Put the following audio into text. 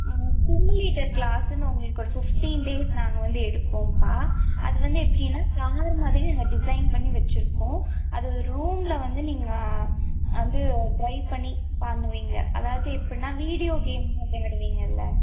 ம் சிமுலேட்டர் க்ளாஸ்னு உங்களுக்கு ஒரு ஃபிஃப்டீன் டேஸ் நாங்கள் வந்து எடுப்போம்ப்பா அது வந்து எப்படினா கார் மாதிரியே நாங்கள் டிசைன் பண்ணி வச்சுருப்போம் அது ரூமில் வந்து நீங்கள் வந்து ட்ரைவ் பண்ணி பண்ணுவிங்கள் அதாவது எப்படினா வீடியோ கேம் விளையாடுவிங்கள்லை